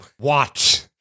watch